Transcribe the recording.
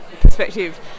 perspective